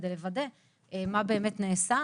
כדי לוודא מה באמת נעשה.